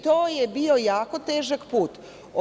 To je bio jako težak put.